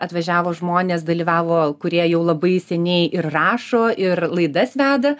atvažiavo žmonės dalyvavo kurie jau labai seniai ir rašo ir laidas veda